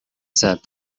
said